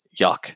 Yuck